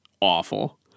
awful